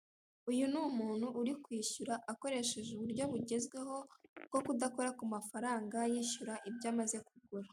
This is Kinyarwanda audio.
Uyu ni umuntu, urikwishyura akoresheje uburyo bugezweho bwo kudakora kumafaranga yishyura ibyo amaze kugura.